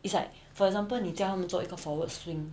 it's like for example 你叫他们做一个 forward swing